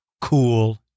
cool